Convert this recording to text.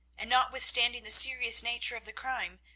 and, notwithstanding the serious nature of the crime,